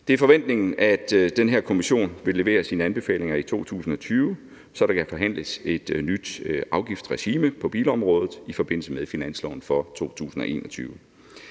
Det er forventningen, at den her kommission vil levere sine anbefalinger i 2020, så der kan forhandles et nyt afgiftsregime på bilområdet i forbindelse med finansloven for 2021.